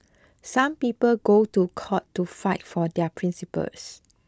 some people go to court to fight for their principles